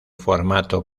formato